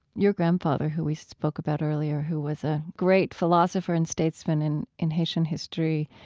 your grandfather, who we spoke about earlier, who was a great philosopher and statesman in in haitian history